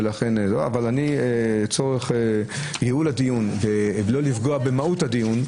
אבל לצורך ייעול הדיון וכדי לא לפגוע במהות הדיון,